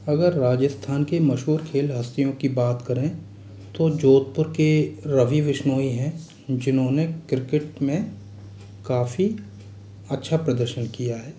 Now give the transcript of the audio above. अगर राजस्थान के मशहूर खेल हस्तियों की बात करें तो जोधपुर के रवि विश्नोई है जिन्होंने क्रिकेट में काफी अच्छा प्रदर्शन किया है